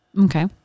Okay